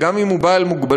וגם אם הוא עם מוגבלות,